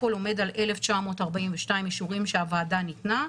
הכול עומד על 1,942 אישורים שהוועדה נתנה,